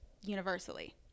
universally